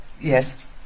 Yes